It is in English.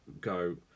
go